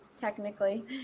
technically